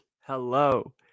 hello